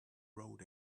road